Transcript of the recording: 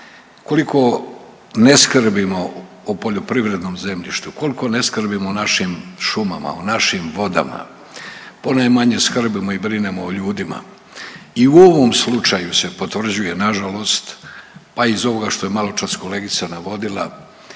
Koliko ne skrbimo o poljoprivrednom zemljištu, koliko ne skrbimo o našim šumama, o našim vodama. Ponajmanje skrbimo i brinemo o ljudima. I u ovom slučaju se potvrđuje, nažalost, pa i iz ovoga što je maločas kolegica navodila